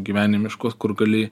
gyvenimiškos kur gali